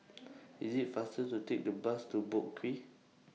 IS IT faster to Take The Bus to Boat Quay